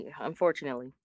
Unfortunately